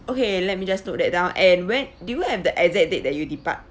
okay let me just note that down and where do you have the exact date that you depart